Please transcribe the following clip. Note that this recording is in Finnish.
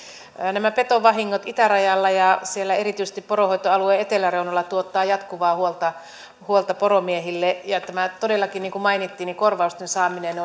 nämä petovahingot itärajalla ja siellä erityisesti poronhoitoalueen eteläreunalla tuottavat jatkuvaa huolta huolta poromiehille ja todellakin niin kuin mainittiin korvausten saaminen